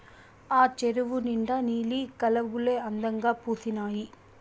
ఆ చెరువు నిండా నీలి కలవులే అందంగా పూసీనాయి